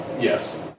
Yes